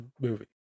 movie